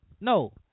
No